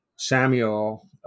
Samuel